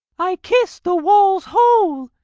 i kiss the wall's hole,